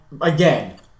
again